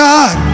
God